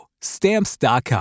Stamps.com